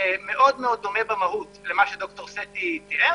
מאוד מאוד דומה במהות למה שד"ר סטי תיאר,